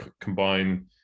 combine